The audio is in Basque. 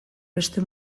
beste